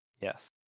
Yes